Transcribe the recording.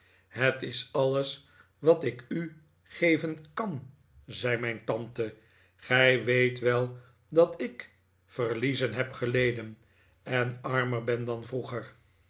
het is alles wat ik u geven kan zei mijn tante gij weet wel dat ik verliezen heb geleden en armer ben dan vroeger